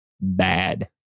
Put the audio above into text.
Bad